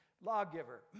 Lawgiver